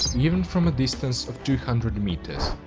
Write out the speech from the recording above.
so even from a distance of two hundred meters.